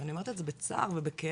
ואני אומרת את זה בצער ובכאב,